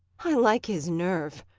i like his nerve!